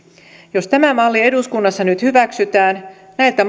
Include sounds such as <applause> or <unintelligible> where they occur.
jos tämä malli eduskunnassa nyt hyväksytään näiltä <unintelligible>